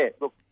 look